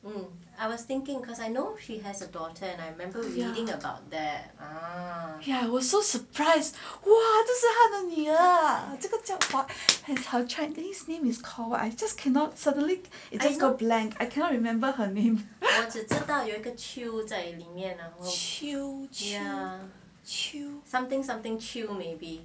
ya I was so surprised !wah! 这是她的女儿 ah her chinese name is called I just cannot suddenly remember I cannot remember her name 秋秋秋